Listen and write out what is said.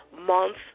month